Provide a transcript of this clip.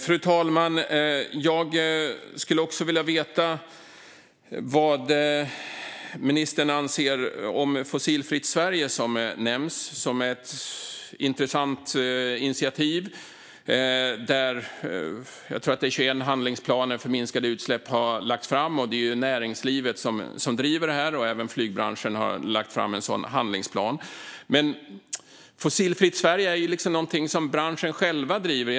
Fru talman! Jag skulle också vilja veta vad ministern anser om Fossilfritt Sverige, som nämns som ett intressant initiativ. Jag tror att det är 21 handlingsplaner för minskade utsläpp som har lagts fram. Det är näringslivet som driver detta, och även flygbranschen har lagt fram en sådan här handlingsplan. Men Fossilfritt Sverige är ju någonting som branschen själv driver.